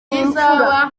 impfura